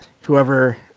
whoever